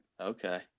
okay